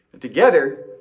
together